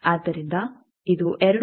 ಆದ್ದರಿಂದ ಇದು 2